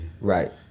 right